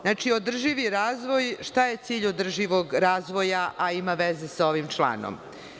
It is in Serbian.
Znači, održivi razvoj, šta je cilj održivog razvoja, a ima veze sa ovim članom.